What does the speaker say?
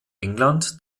england